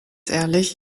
ehrlich